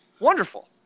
Wonderful